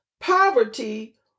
poverty